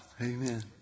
amen